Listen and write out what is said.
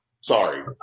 Sorry